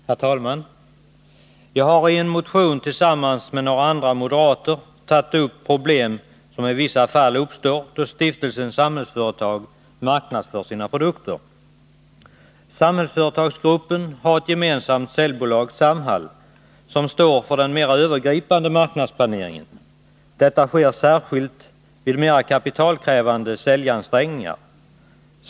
Herr talman! Jag har i en motion tillsammans med andra moderater tagit upp problem som i vissa fall uppstår då stiftelsen Samhällsföretag marknadsför sina produkter. Samhällsföretagsgruppen har ett gemensamt säljbolag, Samhall, som står för den mer övergripande marknadsplaneringen. Detta sker särskilt vid mer kapitalkrävande säljansträngningar.